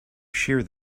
shear